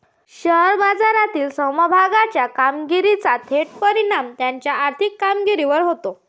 share बाजारातील समभागाच्या कामगिरीचा थेट परिणाम त्याच्या आर्थिक कामगिरीवर होतो